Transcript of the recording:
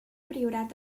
priorat